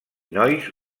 nois